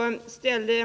nr 27.